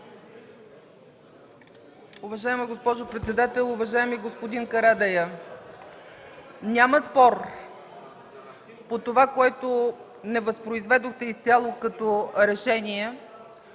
Уважаема госпожо председател, уважаеми господин Карадайъ! Няма спор по това, което не възпроизведохте изцяло като решение.